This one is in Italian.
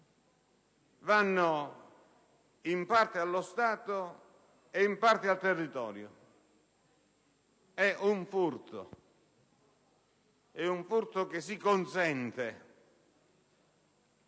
vanno in parte allo Stato e in parte al territorio: è un furto, che si consente